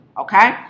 Okay